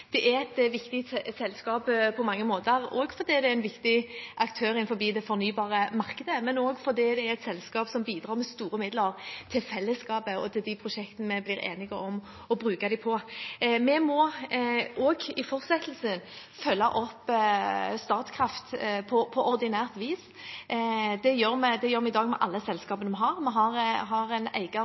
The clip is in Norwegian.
Det er et viktig selskap på mange måter. Det er fordi det er en viktig aktør innenfor det fornybare markedet, men også fordi det er et selskap som bidrar med store midler til fellesskapet og til de prosjektene vi blir enige om å bruke dem på. Vi må også i fortsettelsen følge opp Statkraft på ordinært vis. Det gjør vi i dag med alle selskapene vi har. Vi har en eieroppfølging. Vi merker oss det som Riksrevisjonen har